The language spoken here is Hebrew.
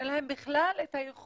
שאין להם בכלל את היכולת